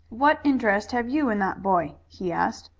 what interest have you in that boy? he asked.